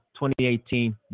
2018